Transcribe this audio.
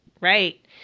Right